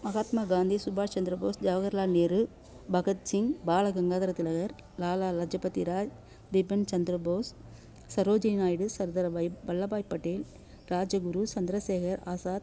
மகாத்மா காந்தி சுபாஷ் சந்திர போஸ் ஜவஹர்லால் நேரு பகத் சிங் பாலகங்காதர திலகர் லாலா லஜபதிராய் பிபன் சந்திர போஸ் சரோஜினி நாயுடு சர்தார் வை வல்லபாய் பட்டேல் ராஜகுரு சந்திரசேகர் ஆசாத்